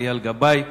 מר אייל גבאי,